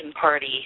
Party